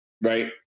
right